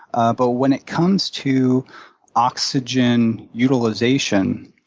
ah but when it comes to oxygen utilization,